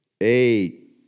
Eight